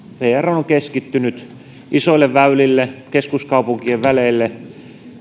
vr on keskittynyt isoille väylille keskuskaupunkien väleille